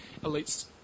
elites